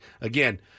Again